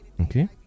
Okay